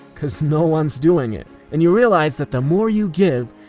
cause no one's doing it. and you realize that the more you give,